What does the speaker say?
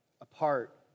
apart